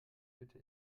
bitte